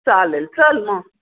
चालेल चल मग